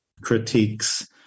critiques